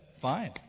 Fine